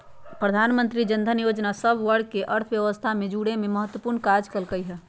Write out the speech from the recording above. प्रधानमंत्री जनधन जोजना सभ वर्गके अर्थव्यवस्था से जुरेमें महत्वपूर्ण काज कल्कइ ह